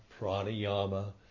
pranayama